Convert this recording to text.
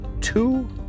Two